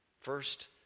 First